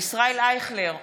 ישראל אייכלר,